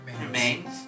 Remains